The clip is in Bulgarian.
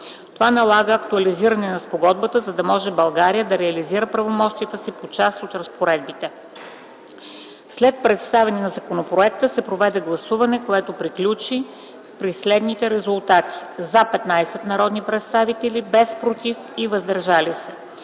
Това налага актуализиране на Спогодбата, за да може България да реализира правомощията си по част от разпоредбите. След представяне на законопроекта се проведе гласуване което приключи при следните резултати: „за” – 15 народни представители, без „против” и „въздържали се”.